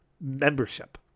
membership